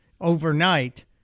overnight